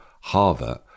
Harvard